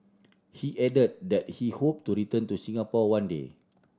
he added that he hoped to return to Singapore one day